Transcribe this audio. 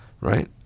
right